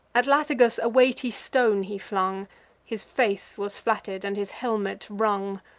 at latagus a weighty stone he flung his face was flatted, and his helmet rung.